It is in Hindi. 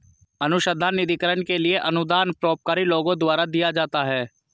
अनुसंधान निधिकरण के लिए अनुदान परोपकारी लोगों द्वारा दिया जाता है